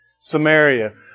Samaria